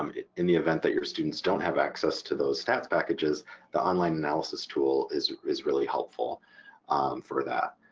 um in the event that your students don't have access to those stats packages the online analysis tool is is really helpful for that.